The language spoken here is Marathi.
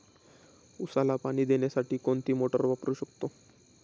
उसाला पाणी देण्यासाठी कोणती मोटार वापरू शकतो?